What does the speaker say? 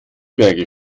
berge